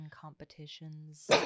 competitions